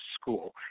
school